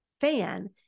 fan